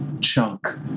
chunk